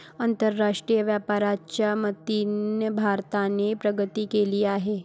आंतरराष्ट्रीय व्यापाराच्या मदतीने भारताने प्रगती केली आहे